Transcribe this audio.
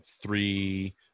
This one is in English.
three